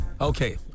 Okay